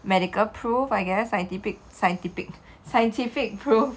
medical proof I guess I scientific scientific proof